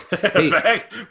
Back